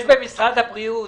יש במשרד הבריאות,